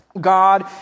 God